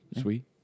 Sweet